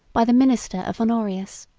by the minister of honorius.